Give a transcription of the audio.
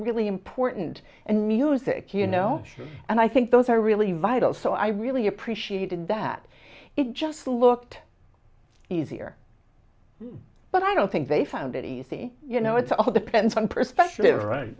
really important and music you know and i think those are really vital so i really appreciated that it just looked easier but i don't think they found it easy you know it's all depends on perspective right